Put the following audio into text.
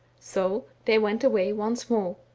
so they went away once more.